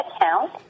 account